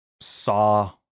saw